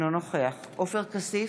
אינו נוכח עופר כסיף,